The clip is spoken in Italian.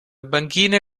banchine